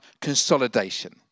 consolidation